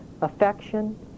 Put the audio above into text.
affection